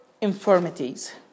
infirmities